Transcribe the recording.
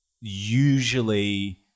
usually